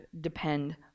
depend